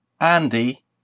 Andy